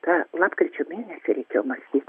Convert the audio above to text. ką lapkričio mėnesį reikėjo mąstyt